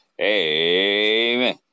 Amen